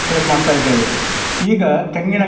sale ಮಾಡ್ತಾಯಿದ್ದೇವೆ ಈಗ ತೆಂಗಿನ